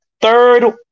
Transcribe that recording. third